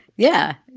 yeah.